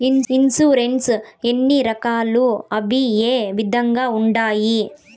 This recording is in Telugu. ఇన్సూరెన్సు ఎన్ని రకాలు అవి ఏ విధంగా ఉండాయి